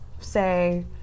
say